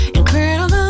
Incredible